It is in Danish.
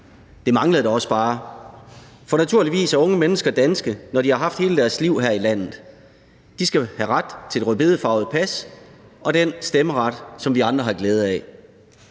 Det manglede da også bare, for naturligvis er unge mennesker danske, når de har haft hele deres liv her i landet. De skal have ret til et rødbedefarvet pas og den stemmeret, som vi andre har glæde af.